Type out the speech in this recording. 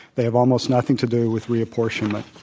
they have almost nothing to do with reapportionment.